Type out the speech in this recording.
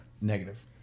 negative